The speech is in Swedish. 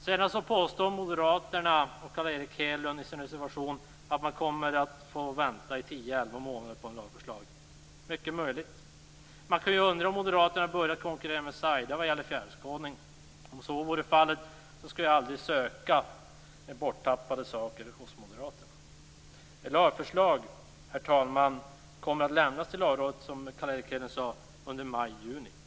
Sedan påstår moderaterna och Carl Erik Hedlund i sin reservation att man kommer att få vänta tio elva månader på ett lagförslag. Det är mycket möjligt. Man kan ju undra om moderaterna har börjat konkurrera med Saida vad gäller fjärrskådning. Om så vore fallet så skulle jag aldrig söka borttappade saker hos moderaterna. Herr talman! Ett lagförslag kommer att lämnas över till Lagrådet under maj-juni.